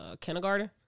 kindergarten